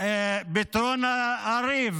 פתרון הריב